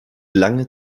lange